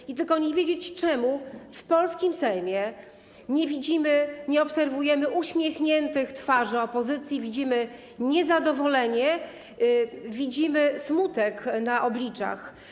I tylko nie wiedzieć czemu w polskim Sejmie nie widzimy, nie obserwujemy uśmiechniętych twarzy opozycji, widzimy niezadowolenie, widzimy smutek na obliczach.